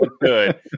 good